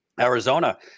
Arizona